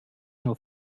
nur